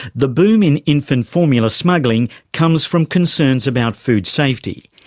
the boom in infant formula smuggling comes from concerns about food safety.